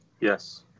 Yes